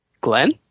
Glenn